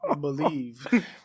Believe